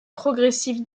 progressive